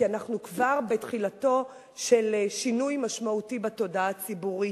כי אנחנו כבר בתחילתו של שינוי משמעותי בתודעה הציבורית.